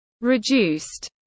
reduced